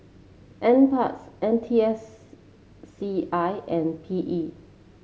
NParks N T S C I and P E